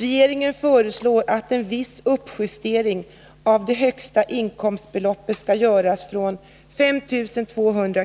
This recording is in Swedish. Regeringen föreslår att en viss uppjustering av det högsta sido-inkomstbeloppet skall göras från 5 200